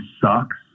sucks